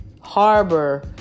harbor